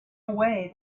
away